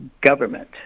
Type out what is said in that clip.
government